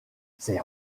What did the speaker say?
ces